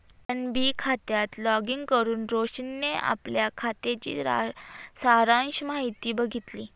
PNB खात्यात login करुन रोशनीने आपल्या खात्याची सारांश माहिती बघितली